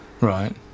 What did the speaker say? Right